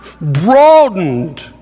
broadened